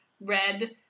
red